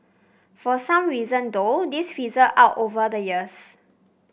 for some reason though this fizzled out over the years